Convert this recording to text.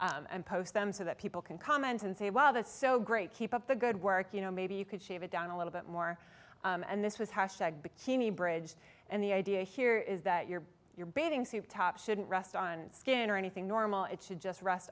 these and post them so that people can comment and say well that's so great keep up the good work you know maybe you could shave it down a little bit more and this was bikini bridge and the idea here is that your your bathing suit top shouldn't rest on its skin or anything normal it should just rest